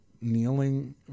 kneeling